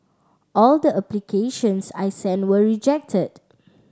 all the applications I sent were rejected